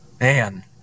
Man